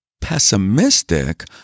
pessimistic